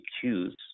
choose